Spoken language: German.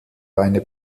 eine